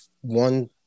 one